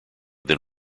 then